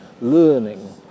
learning